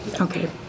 Okay